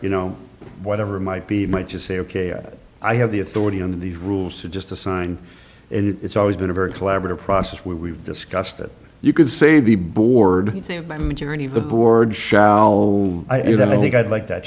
you know whatever might be might just say ok i have the authority on these rules to just to sign and it's always been a very collaborative process where we've discussed it you could say the board majority of the board shall i do that i think i'd like that